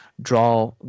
draw